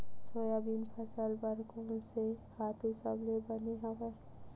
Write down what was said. Soybean फसल बर कोन से खातु सबले बने हवय?